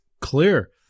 clear